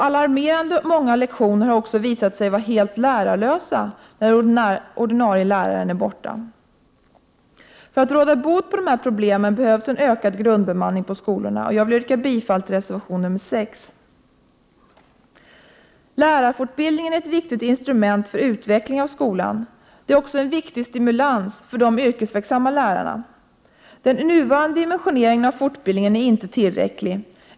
Alarmerande många lektioner har också visat sig vara helt lärarlösa när den ordinarie läraren är borta. För att råda bot på dessa problem behövs en ökad grundbemanning på skolorna. Jag vill yrka bifall till reservation nr 6. Lärarfortbildningen är ett viktigt instrument för utveckling av skolan och en viktig stimulans för de yrkesverksamma lärarna. Den nuvarande dimensioneringen av fortbildningen är inte tillräcklig.